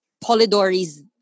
Polidori's